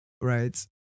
right